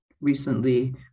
recently